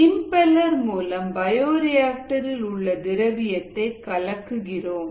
impeller மூலம் பயோரியாஆக்டரில் உள்ள திரவியத்தை கலக்குகிறோம்